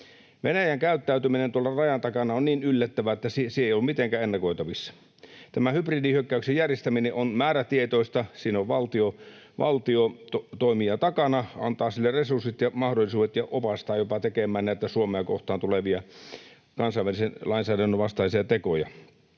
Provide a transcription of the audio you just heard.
Venäjän käyttäytyminen tuolla rajan takana on niin yllättävää, että se ei ollut mitenkään ennakoitavissa. Tämä hybridihyökkäyksen järjestäminen on määrätietoista. Siinä on valtiotoimija takana, se antaa sille resurssit ja mahdollisuudet ja opastaa jopa tekemään näitä Suomea kohtaan tulevia kansainvälisen lainsäädännön vastaisia tekoja.